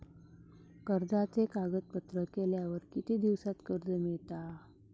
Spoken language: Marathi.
कर्जाचे कागदपत्र केल्यावर किती दिवसात कर्ज मिळता?